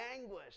anguish